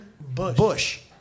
Bush